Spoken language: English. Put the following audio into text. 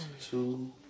two